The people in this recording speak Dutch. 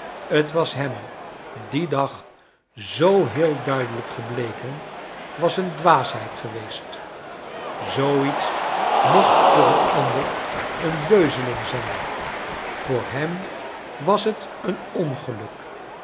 t was hem dien dag zoo heel duidelijk gebleken was een dwaasheid geweest zoo iets mocht voor een ander een beuzeling zijn voor hem was het een ongeluk